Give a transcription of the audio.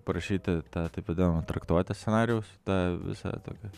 parašyti tą taip vadinamą traktuotę scenarijaus tą visą tokią